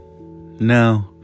no